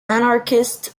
anarchist